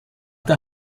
der